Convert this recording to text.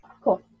cool